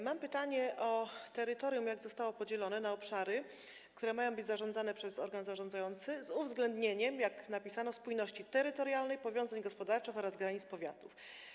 Mam pytanie o terytorium, o to, jak zostało ono podzielone na obszary, które mają być zarządzane przez organ zarządzający, z uwzględnieniem - jak napisano - spójności terytorialnej, powiązań gospodarczych oraz granic powiatów.